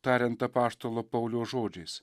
tariant apaštalo pauliaus žodžiais